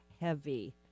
heavy